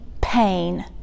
pain